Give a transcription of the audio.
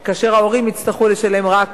יבואו יותר, כאשר ההורים יצטרכו לשלם רק